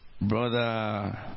brother